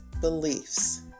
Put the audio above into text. beliefs